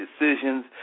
decisions